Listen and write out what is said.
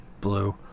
blue